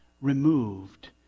removed